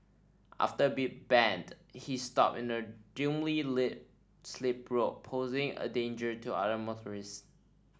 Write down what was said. after a big bend he stopped in a lit slip road posing a danger to other motorists